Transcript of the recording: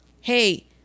Hey